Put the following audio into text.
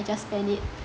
just spend it